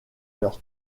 leur